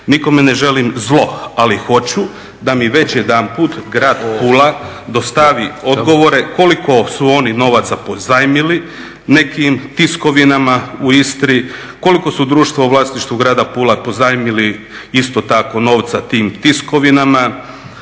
nikome ne želim zlo, ali hoću da mi već jedanput grad Pula dostavi odgovore koliko su oni novaca pozajmili nekim tiskovinama u Istri, koliko su društva u vlasništvu grada Pule pozajmili isto tako novca tim tiskovinama,